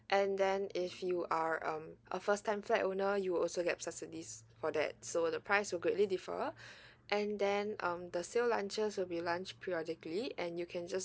and then if you are um a first time flat owner you'll also get subsidies for that so the price will greatly differ and then um the sale launches will be launch periodically and you can just